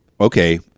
okay